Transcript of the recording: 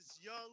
young